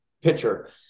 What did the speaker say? pitcher